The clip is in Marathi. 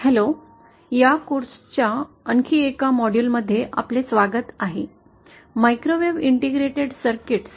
हॅलो या कोर्स च्या आणखी एका मॉड्यूलमध्ये आपले स्वागत आहे मायक्रोवेव्ह इंटिग्रेटेड सर्किट्स